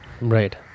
Right